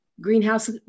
greenhouse